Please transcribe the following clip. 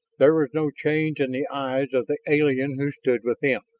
there was no change in the eyes of the alien who stood within,